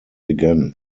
again